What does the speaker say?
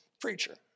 Preacher